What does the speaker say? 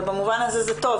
אבל במובן הזה זה טוב,